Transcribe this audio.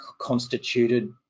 constituted